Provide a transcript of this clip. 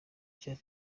cya